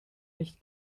nicht